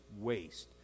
waste